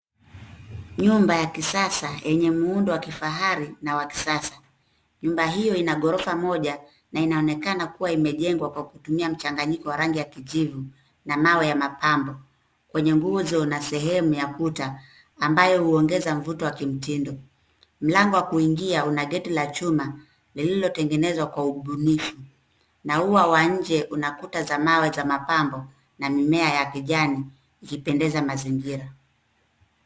Nyumba ya kisasa yenye muundo wa kifahari na wa kisasa. Nyumba hiyo ina ghorofa moja na inaonekana kuwa imejengwa kwa kutumia mchanganyiko wa rangi ya kijivu na mawe ya mapambo kwenye nguzo na sehemu ya kuta, ambayo huongeza mvuto wa kimtindo. Mlango wa kuingia una geti la chuma lililotengenezwa kwa ubunifu na ua wa nje una kuta za mawe za mapambo na mimea ya kijani, ikipendeza mazingira.